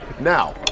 Now